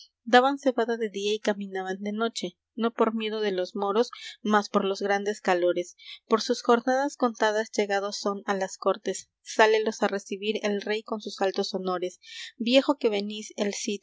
daban cebada de día y caminaban de noche no por miedo de los moros mas por los grandes calores por sus jornadas contadas llegados son á las cortes sálelos á recibir el rey con sus altos hombres viejo que venís el